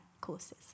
courses